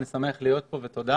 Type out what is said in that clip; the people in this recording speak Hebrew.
אני שמח להיות פה, ותודה.